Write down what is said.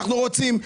אנחנו רוצים,